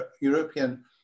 European